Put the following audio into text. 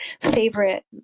favorite